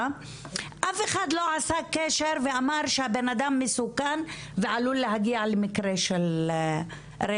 אף אחד לא עשה את הקשר ואמר שהבן אדם מסוכן ועלול להגיע למקרה של רצח,